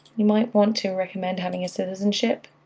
you might want to recommend having a citizenship